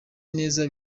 neza